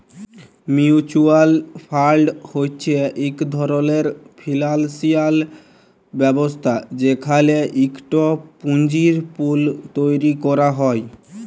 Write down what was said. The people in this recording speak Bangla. মিউচ্যুয়াল ফাল্ড হছে ইক ধরলের ফিল্যালসিয়াল ব্যবস্থা যেখালে ইকট পুঁজির পুল তৈরি ক্যরা হ্যয়